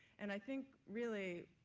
and i think, really,